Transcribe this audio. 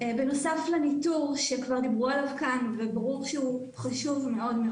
בנוסף לניטור שכבר דיברו עליו כאן וברור שהוא חשוב מאוד.